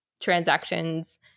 transactions